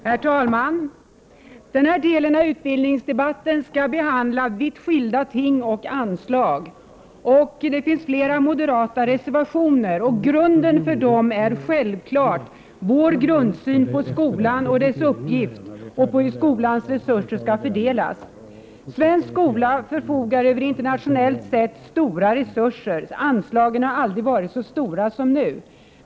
Herr talman! Denna del av utbildningsdebatten skall avhandla vitt skilda ting och anslag. Det finns flera moderata reservationer. Grunden för dem är självklart vår syn på skolan och dess uppgift samt på hur skolans resurser skall fördelas. Svensk skola förfogar över internationellt sett stora resurser. Anslagen har aldrig varit så stora som nu.